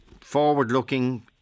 forward-looking